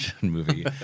movie